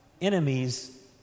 enemies